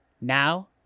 now